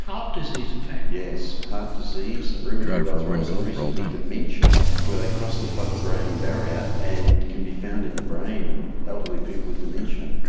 heart disease in fact. yes, heart disease, rheumatoid arthritis and recently dementia where they cross the but blood-brain barrier and can be found in the brain of elderly people with dementia.